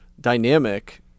dynamic